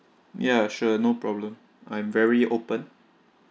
ya sure no problem I'm very open